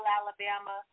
Alabama